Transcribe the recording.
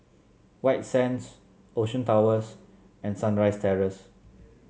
White Sands Ocean Towers and Sunrise Terrace